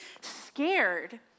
scared